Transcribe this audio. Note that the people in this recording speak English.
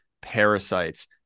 parasites